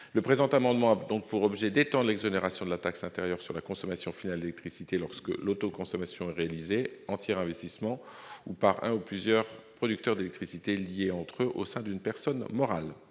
Le présent amendement a pour objet d'étendre l'exonération sur la taxe intérieure sur la consommation finale d'électricité lorsque l'autoconsommation est réalisée en tiers-investissement ou par un ou plusieurs producteurs d'électricité liés entre eux au sein d'une personne morale.